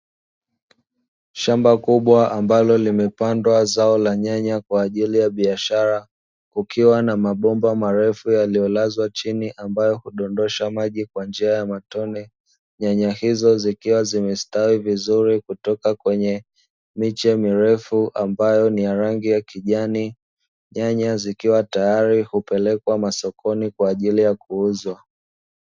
Shamba kubwa ambalo limepandwa zao la nyanya kwa ajili ya biashara kukiwa na mabomba maalumu marefu yaliyolazwa chini ambayo hudondosha maji kwa njia ya matone, nyanya hizo zikiwa zimestawi vizuri kutoka kwenye miche mirefu ambayo ni ya rangi ya kijani, nyanya zikiwa tayari hupelekwa sokoni kwa ajili ya kuuzwa.